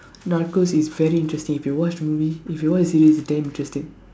Narcos is very interesting if you watch the movie if you watch the series is damn interesting